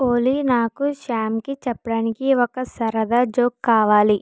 ఓలీ నాకు శ్యామ్కి చెప్పడానికి ఒక సరదా జోక్ కావాలి